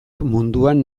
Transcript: munduan